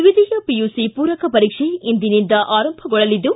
ದ್ವಿತೀಯ ಪಿಯುಸಿ ಪೂರಕ ಪರೀಕ್ಷೆ ಇಂದಿನಿಂದ ಆರಂಭಗೊಳ್ಳಲಿದ್ದು